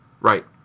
Right